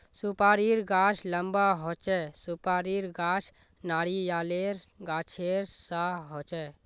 सुपारीर गाछ लंबा होचे, सुपारीर गाछ नारियालेर गाछेर सा होचे